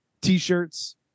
t-shirts